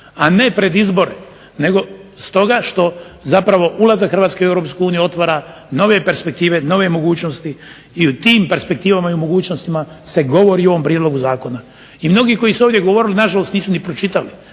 a ne pred izbore. Nego stoga što zapravo ulazak Hrvatske u EU otvara nove perspektive, nove mogućnosti i u tim perspektivama i mogućnostima se govori u ovom prijedlogu zakona. I mnogi koji su ovdje govorili nažalost nisu ni pročitali.pa